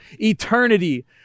eternity